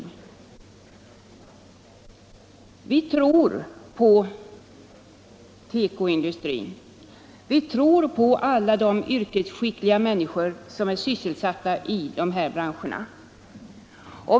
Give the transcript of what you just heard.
Torsdagen den Vi tror på tekoindustrin och på alla de yrkesskickliga människor som 11 december 1975 är sysselsatta i de aktuella branscherna.